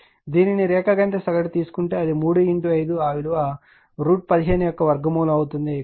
కానీ దీనిన రేఖాగణిత సగటు తీసుకుంటే అది 3 5 ఆ విలువ √ 15 అవుతుంది